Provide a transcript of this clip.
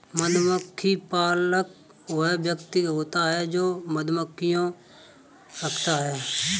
मधुमक्खी पालक वह व्यक्ति होता है जो मधुमक्खियां रखता है